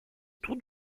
tour